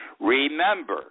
Remember